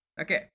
okay